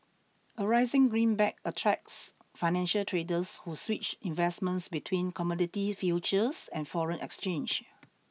a rising greenback attracts financial traders who switch investments between commodity futures and foreign exchange